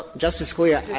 justice scalia,